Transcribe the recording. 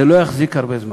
זה לא יחזיק הרבה זמן.